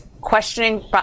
questioning